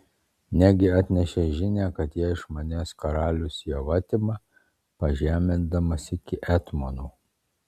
negi atnešei žinią kad ją iš manęs karalius jau atima pažemindamas iki etmono